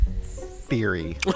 theory